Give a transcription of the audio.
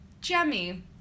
Jemmy